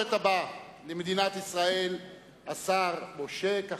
התקשורת הבא של מדינת ישראל, השר משה כחלון.